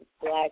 black